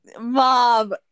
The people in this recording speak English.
Mom